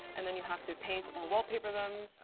and then you have to paint or wallpaper them.